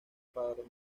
por